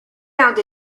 found